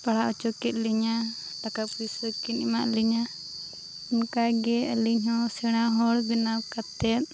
ᱯᱟᱲᱦᱟᱣ ᱦᱚᱪᱚᱠᱮᱫ ᱞᱤᱧᱟᱹ ᱴᱟᱠᱟᱼᱯᱚᱭᱥᱟ ᱠᱤᱱ ᱮᱢᱟᱜ ᱞᱤᱧᱟᱹ ᱚᱱᱠᱟᱜᱮ ᱟᱹᱞᱤᱧᱦᱚᱸ ᱥᱮᱬᱟ ᱦᱚᱲ ᱵᱮᱱᱟᱣ ᱠᱟᱛᱮᱫ